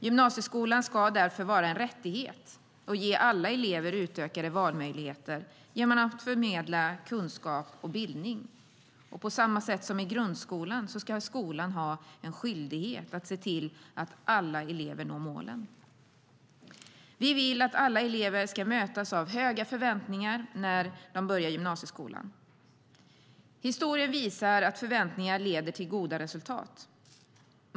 Gymnasieskolan ska därför vara en rättighet och ge alla elever utökade valmöjligheter genom att förmedla kunskap och bildning. Gymnasieskolan ska på samma sätt som grundskolan ha skyldighet att se till att alla elever når målen. Vi vill att alla elever ska mötas av höga förväntningar när de börjar gymnasieskolan. Historien visar att förväntningar leder till goda resultat.